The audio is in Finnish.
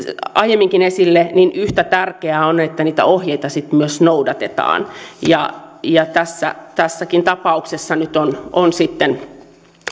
aiemminkin esille yhtä tärkeää on että niitä ohjeita sitten myös noudatetaan ja ja tässäkin tapauksessa nyt on on sitten